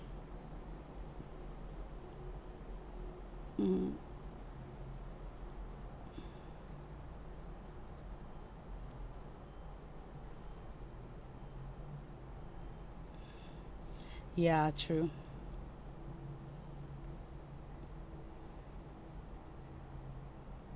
mm ya true